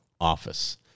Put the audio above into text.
office